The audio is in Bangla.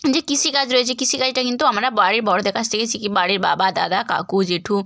যে কৃষিকাজ রয়েছে কৃষিকাজটা কিন্তু আমরা বাড়ির বড়দের কাছ থেকে শিখি বাড়ির বাবা দাদা কাকু জেঠু